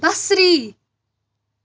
بصری